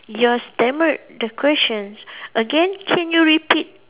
your stammered the questions again can you repeat